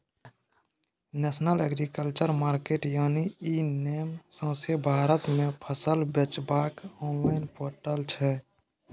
national agriculture market यानी e NAM सौंसे भारत मे फसल बेचबाक आनलॉइन पोर्टल छै